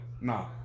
No